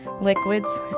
liquids